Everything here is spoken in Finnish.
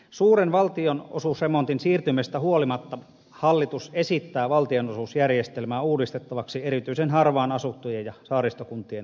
suuren valtionosuusremontin siirtymisestä huolimatta hallitus esittää valtionosuusjärjestelmää uudistettavaksi erityisen harvaan asuttujen alueiden ja saaristokuntien osalta